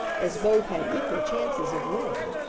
as both had equal chances of winning.